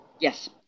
Yes